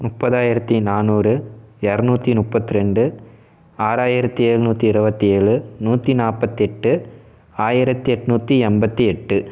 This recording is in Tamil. முப்பதாயிரத்தி நானூறு எரநூற்றி முப்பத்தி ரெண்டு ஆறாயிரத்தி ஏழ்நூற்றி இருபத்தி ஏழு நூற்றி நாற்பத்தி எட்டு ஆயிரத்தி எட்நூற்றி எண்பத்தி எட்டு